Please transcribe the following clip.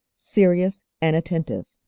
serious and attentive,